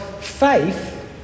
faith